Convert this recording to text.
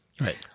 Right